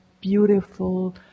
beautiful